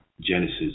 Genesis